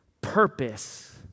purpose